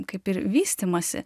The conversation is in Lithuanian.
kaip ir vystymąsi